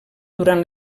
durant